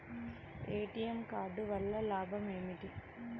ATM card వల్ల లాభం ఏమిటి?